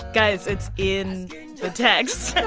guys, it's in the text.